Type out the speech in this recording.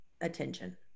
attention